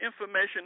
information